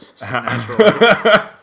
Natural